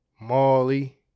Molly